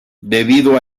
debido